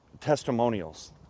testimonials